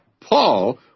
Paul